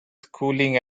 schooling